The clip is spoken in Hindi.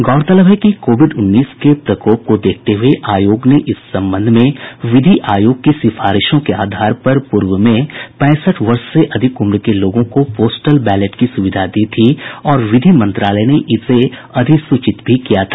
गौरतलब है कि कोविड उन्नीस के प्रकोप को देखते हुए आयोग ने इस संबंध में विधि आयोग की सिफारिशों के आधार पर पूर्व में पैंसठ वर्ष से अधिक उम्र के लोगों को पोस्टल बैलेट की सुविधा दी थी और विधि मंत्रालय ने इसे अधिसूचित भी किया था